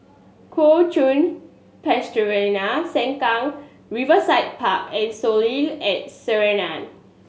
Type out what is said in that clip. Kuo Chuan Sengkang Riverside Park and Soleil and Sinaran